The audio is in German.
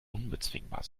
unbezwingbar